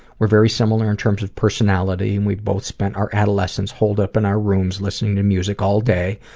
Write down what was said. are very similar in terms of personality. and we both spent our adolescence holed up in our rooms listening to music all day,